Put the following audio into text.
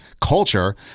culture